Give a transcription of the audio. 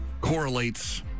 correlates